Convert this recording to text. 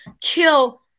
kill